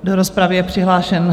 Do rozpravy je přihlášen...